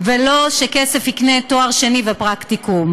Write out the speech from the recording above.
ולא שכסף יקנה תואר שני ופרקטיקום.